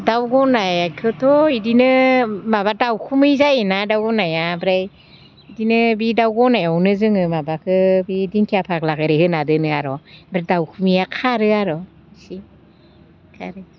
दाउ गनायखौथ' बिदिनो माबा दावखुमै जायोना दाउ गनाया ओमफ्राय बिदिनो बे दाउ गनायावनो जोङो माबाखौ बे दिंखिया फाग्लाखौ ओरै होना दोनो आरो ओमफ्राय दावखुमैया खारो आरो इसे खारो